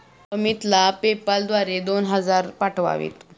अमितला पेपाल द्वारे दोन हजार पाठवावेत